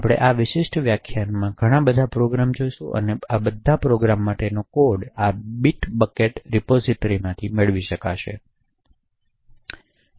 આપણે આ વિશિષ્ટ વ્યાખ્યાનમાં ઘણા બધા પ્રોગ્રામ જોશું અને આ બધા પ્રોગ્રામ્સ માટેનો કોડ આ બીટબકેટ રિપોઝિટરીમાંથી મેળવી શકાય છે